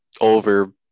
over